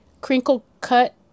crinkle-cut